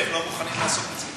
והם לא מוכנים לעשות את זה.